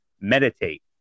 meditate